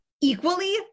equally